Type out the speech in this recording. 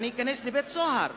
אז אני אכנס לבית-סוהר.